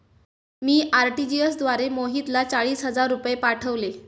मी RTGS द्वारे मोहितला चाळीस हजार रुपये पाठवले